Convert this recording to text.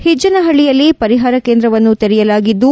ಹಿಜ್ಜನಪ್ಲಿಯಲ್ಲಿ ಪರಿಹಾರ ಕೇಂದ್ರವನ್ನು ತೆರೆಯಲಾಗಿದ್ದು